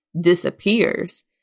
disappears